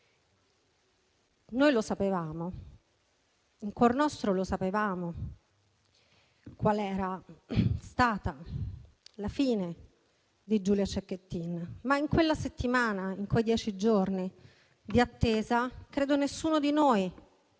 purtroppo in cuor nostro sapevamo qual era stata la fine di Giulia Cecchettin, ma in quella settimana, in quei dieci giorni di attesa, credo che nessuno di noi